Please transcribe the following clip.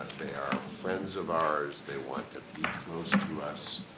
they are friends of ours. they want to close to us.